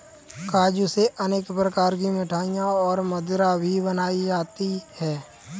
काजू से अनेक प्रकार की मिठाईयाँ और मदिरा भी बनाई जाती है